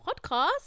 podcast